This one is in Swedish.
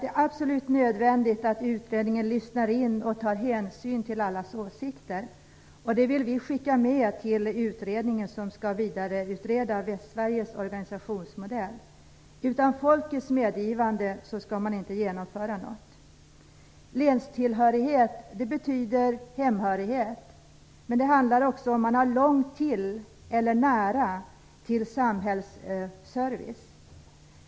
Det är absolut nödvändigt att utredningen lyssnar in och tar hänsyn till allas åsikter. Detta vill vi skicka med till utredningen, som skall vidareutreda Västsveriges organisationsmodell. Utan folkets medgivande skall man inte genomföra något. Länstillhörighet betyder hemhörighet, men det handlar också om huruvida man har långt till eller nära till samhällsservice.